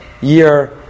year